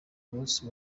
munsi